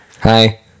Hi